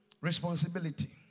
Responsibility